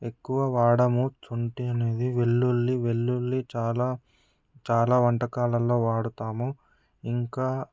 ఎక్కువ వాడము సొంటి అనేది వెల్లుల్లి వెల్లుల్లి చాలా చాలా వంటకాలలో వాడతాము ఇంకా